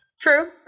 True